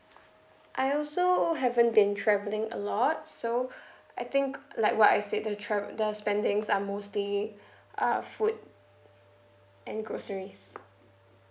I also haven't been travelling a lot so I think like what I said the travel the spendings are mostly uh food and groceries